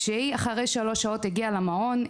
אחרי שלוש שעות כשהיא הגיעה למעון,